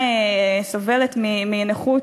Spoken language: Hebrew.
כן, חברת הכנסת זנדברג,